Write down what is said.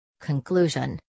Conclusion